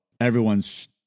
everyone's